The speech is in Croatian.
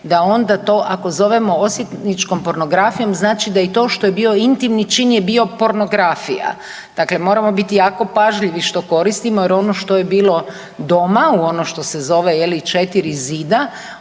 da onda to ako zovemo osvetničkom pornografijom znači da i to što je bio intimni čin je bio pornografija. Dakle, moramo biti jako pažljivi što koristimo jer ono što je bilo doma, u ono što se zove je li 4 zida